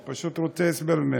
פשוט רוצה הסבר ממנו.